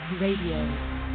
Radio